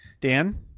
Dan